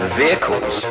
vehicles